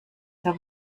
der